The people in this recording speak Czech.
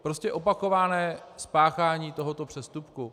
Prostě opakované spáchání tohoto přestupku.